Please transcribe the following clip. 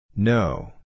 No